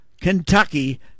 Kentucky